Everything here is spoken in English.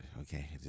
Okay